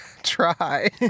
Try